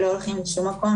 הם לא הולכים לשום מקום,